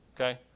Okay